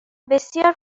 بسیار